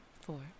four